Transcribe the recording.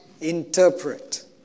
interpret